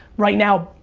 right now,